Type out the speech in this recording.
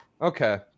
okay